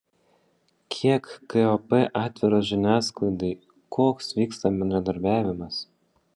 kiek kop atviros žiniasklaidai koks vyksta bendradarbiavimas